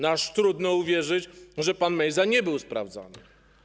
No aż trudno uwierzyć, że pan Mejza nie był sprawdzany.